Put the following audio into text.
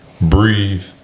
breathe